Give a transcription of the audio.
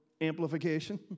amplification